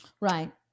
right